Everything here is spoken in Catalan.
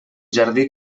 jardí